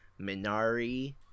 Minari